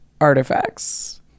artifacts